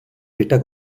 data